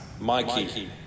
Mikey